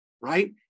right